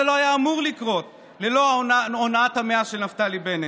זה לא היה אמור לקרות ללא הונאת המאה של נפתלי בנט,